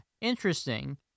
interesting